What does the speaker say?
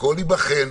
הכול ייבחן,